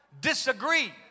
disagree